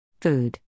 Food